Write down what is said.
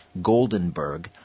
Goldenberg